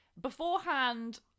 beforehand